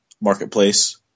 marketplace